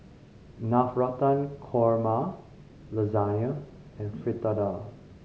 Navratan Korma Lasagna and Fritada